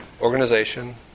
organization